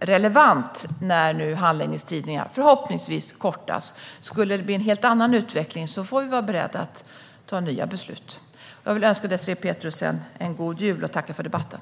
relevant längre nu när handläggningstiderna förhoppningsvis förkortas. Om det skulle bli en helt annan utveckling får vi vara beredda att fatta nya beslut. Jag vill önska Désirée Pethrus en god jul och tacka för debatten.